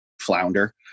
flounder